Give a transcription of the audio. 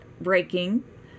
breaking